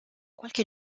qualche